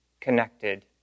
connected